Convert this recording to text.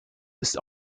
ist